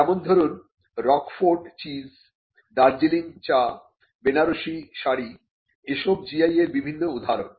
যেমন ধরুন ROQUEFORT cheese Darjeeling চা বেনারসি শাড়ি এসব GI এর বিভিন্ন উদাহরণ